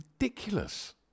ridiculous